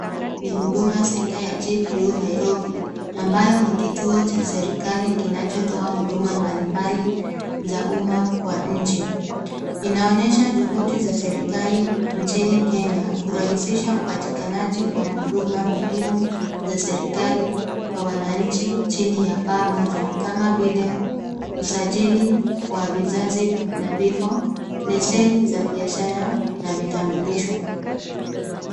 Hapa ni Huduma Centre ya GPO Nairobi, ambayo ni kituo cha serikali kinachotoa huduma mbalimbali za umma kwa nchi. Inaonyesha juhudi za serikali nchini Kenya, kurahisisha upatikanaji wa huduma muhimu za serikali kwa wananchi chini ya paa moja kama vile, usajili wa vizazi na vifo, leseni za biashara na vitambulisho.